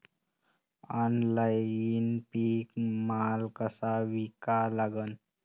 Online पीक माल कसा विका लागन?